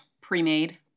Pre-made